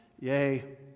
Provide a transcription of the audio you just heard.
Yay